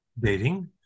dating